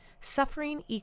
suffering